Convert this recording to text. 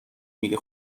میگی